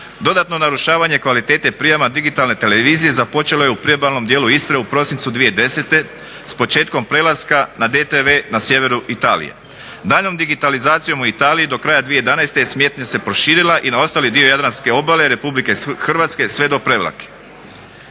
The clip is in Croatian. dodatno narušavanje kvalitete prijama digitalne televizije započelo je u priobalnom dijelu Istre u prosincu 2010. s početkom prelaska na DTV na sjeveru Italije. Daljnjom digitalizacijom u Italiji do kraja 2011. smetnja se proširila i na ostali dio jadranske obale RH sve do Prevlake.